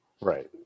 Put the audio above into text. Right